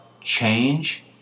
change